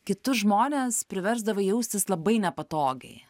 kitus žmones priversdavai jaustis labai nepatogiai